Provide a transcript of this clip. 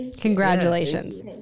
congratulations